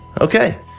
Okay